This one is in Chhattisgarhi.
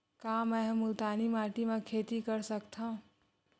का मै ह मुल्तानी माटी म खेती कर सकथव?